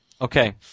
Okay